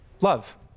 love